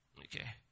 Okay